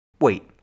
Wait